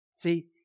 See